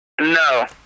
No